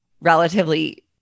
relatively